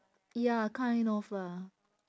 ya kind of lah